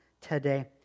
today